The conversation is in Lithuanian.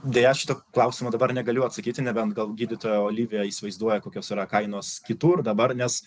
deja šito klausimo dabar negaliu atsakyti nebent gal gydytoja olivija įsivaizduoja kokios yra kainos kitur dabar nes